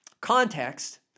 context